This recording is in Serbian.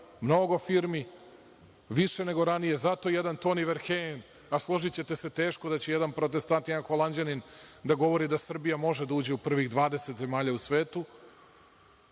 mnogo firmi, više nego ranije, zato jedan Toni Verhejm složićete se teško da će jedan protestant, jedan Holanđanin da govori da Srbija može da uđe u ovih 20 zemalja u svetu